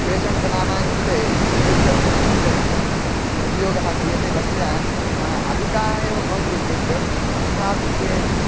patient जनानाङ्कृते bed यद् उपयोगः क्रियते तस्य अधिकाः एव भवन्ति बेड् तथापि ते